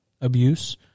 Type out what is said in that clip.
abuse